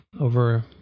over